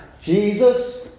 Jesus